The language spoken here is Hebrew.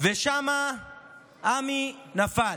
ושם עמי נפל.